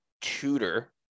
tutor